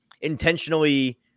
intentionally